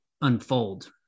unfold